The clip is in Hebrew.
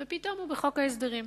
ופתאום הוא בחוק ההסדרים.